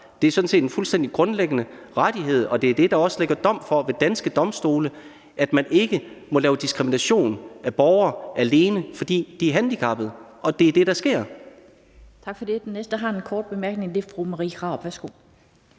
Det er sådan set en fuldstændig grundlæggende rettighed, og det er også det, der er givet domme for ved danske domstole, altså at man ikke må diskriminere borgere, alene fordi de er handicappede. Og det er det, der sker.